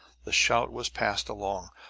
the shout was passed along.